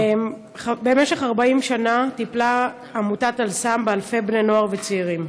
במשך 40 שנה טיפלה עמותת אל-סם באלפי בני נוער וצעירים.